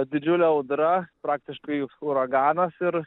didžiulė audra praktiškai uraganas ir